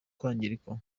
kwangirika